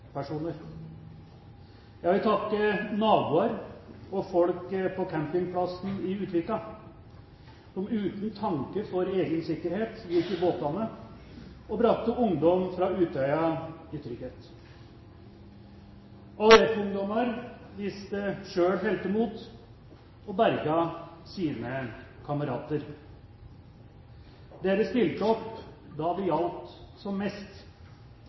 Jeg vil takke naboer og folk på campingplassen i Utvika, som uten tanke for egen sikkerhet gikk i båtene og brakte ungdom fra Utøya i trygghet. AUF-ungdommer viste selv heltemot og berget sine kamerater. Dere stilte opp da det gjaldt som mest.